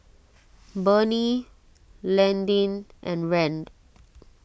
Bernie Landyn and Rand